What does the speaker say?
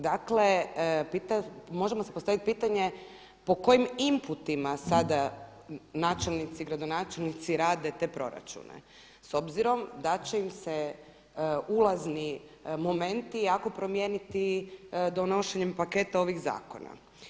Dakle možemo si postaviti pitanje po kojim inputima sada načelnici, gradonačelnici rade te proračune s obzirom da će im se ulazni momenti jako promijeniti donošenjem paketa ovih zakona?